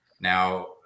Now